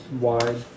wide